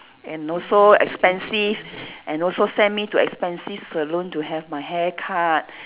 and also expensive and also send me to expensive salon to have my hair cut